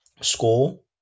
School